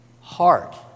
heart